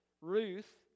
Ruth